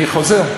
אני חוזר.